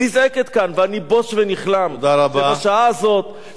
ואני בוש ונכלם שבשעה הזאת שלושה חברי כנסת